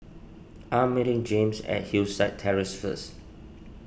I am meeting James at Hillside Terrace first